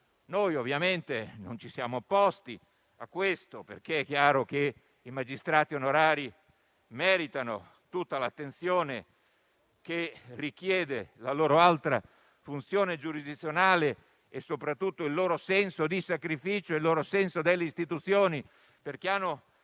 Ovviamente ci siamo opposti a questo, perché è chiaro che i magistrati onorari meritano tutta l'attenzione che richiede la loro alta funzione giurisdizionale e soprattutto il loro senso di sacrificio e il loro senso delle istituzioni, perché hanno